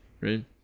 Right